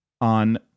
on